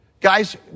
Guys